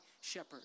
shepherd